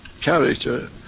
character